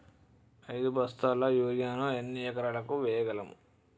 ఐదు బస్తాల యూరియా ను ఎన్ని ఎకరాలకు వేయగలము?